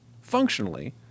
functionally